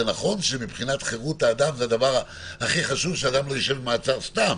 זה נכון שמבחינת חירות האדם זה נכון שאסור שאדם יישב במעצר סתם,